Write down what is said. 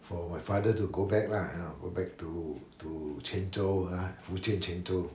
for my father to go back lah you know go back to to quanzhou ah fujian quanzhou